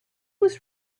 was